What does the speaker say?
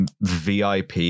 VIP